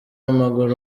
w’amaguru